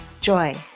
joy